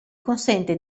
consente